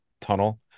tunnel